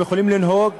הם יכולים לנהוג